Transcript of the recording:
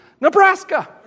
Nebraska